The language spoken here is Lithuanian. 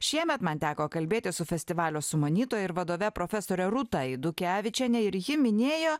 šiemet man teko kalbėtis su festivalio sumanytoja ir vadove profesore rūta eidukevičiene ir ji minėjo